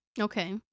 Okay